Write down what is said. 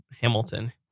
Hamilton